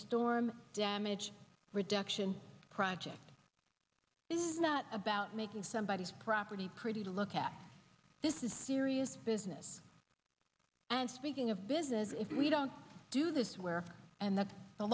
storm damage reduction project is not about making somebody's property pretty to look at this is serious business and speaking of business if we don't do this where and that the